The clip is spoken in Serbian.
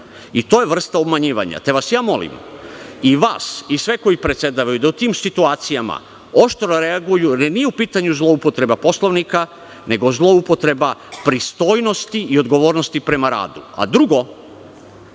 I to je vrsta obmanjivanja. Molim vas, i vas i sve koji predsedavaju, da u tim situacijama oštro reaguju, jer nije u pitanju zloupotreba Poslovnika, nego zloupotreba pristojnosti i odgovornosti prema radu. Drugo,